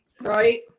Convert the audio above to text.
right